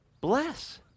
Bless